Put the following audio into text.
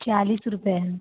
चालीस रुपये है